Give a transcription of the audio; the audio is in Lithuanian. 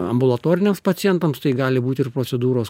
ambulatoriniams pacientams tai gali būti ir procedūros